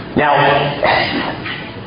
Now